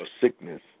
sickness